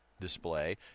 display